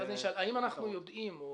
אז השאלה היא האם אנחנו יודעים מה